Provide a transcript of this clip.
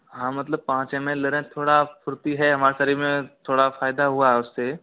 हाँ मतलब पाँच एम एल ले रहे हैं थोड़ा फुर्ती है हमारे शरीर में थोड़ा फायदा हुआ है उससे